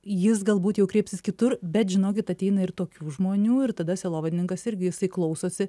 jis galbūt jau kreipsis kitur bet žinokit ateina ir tokių žmonių ir tada sielovadininkas irgi jisai klausosi